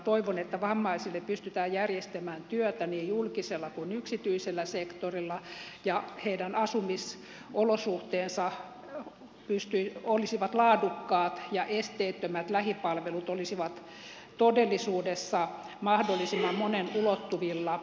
toivon että vammaisille pystytään järjestämään työtä niin julkisella kuin yksityisellä sektorilla ja heidän asumisolosuhteensa olisivat laadukkaat ja esteettömät lähipalvelut olisivat todellisuudessa mahdollisimman monen ulottuvilla